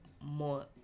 more